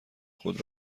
خود